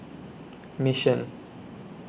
Mission